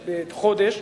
חודש,